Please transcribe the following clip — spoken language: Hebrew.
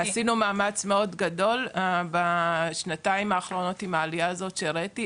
עשינו מאמץ מאוד גדול בשנתיים האחרונות עם העלייה הזאת שהראיתי.